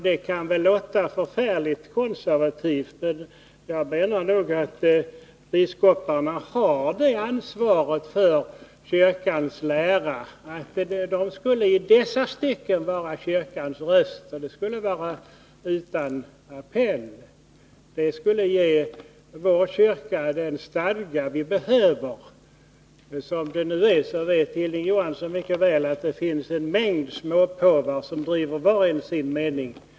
Det kan kanske låta förfärligt konservativt, men jag menar nog att biskoparna har det ansvaret för kyrkans lära, att de i dessa stycken skulle vara kyrkans röst och att detta skulle vara utan appell. Det skulle ge vår kyrka den stadga som behövs. Hilding Johansson vet mycket väl att som det nu är finns det en hel mängd småpåvar, som var och en driver sin mening.